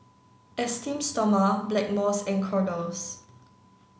esteem Stoma Blackmores and Kordel's